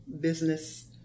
business